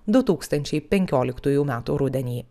du tūkstančiai penkioliktųjų metų rudenį